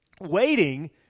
waiting